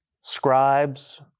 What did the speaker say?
scribes